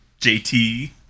JT